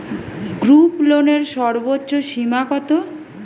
গ্রুপলোনের সর্বোচ্চ সীমা কত?